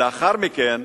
לאחר מכן,